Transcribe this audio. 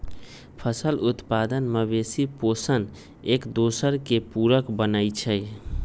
फसल उत्पादन, मवेशि पोशण, एकदोसर के पुरक बनै छइ